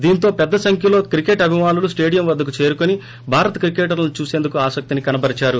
దీంతో పెద్ద సంఖ్యలో క్రికెట్ అభిమానులు స్టేడియం వద్దకు చేరుకుని భారత క్రికెటర్లను చూసేందుకు ఆసక్తిని కనబరిచారు